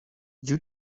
due